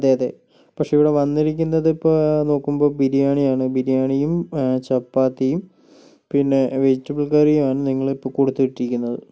അതെ അതെ പക്ഷേ ഇവിടെ വന്നിരിക്കുന്നത് ഇപ്പോൾ നോക്കുമ്പോൾ ബിരിയാണിയാണ് ബിരിയാണിയും ചപ്പാത്തിയും പിന്നെ വെജിറ്റബിൾ കറിയുമാണ് നിങ്ങൾ ഇപ്പോൾ കൊടുത്തുവിട്ടിരിക്കുന്നത്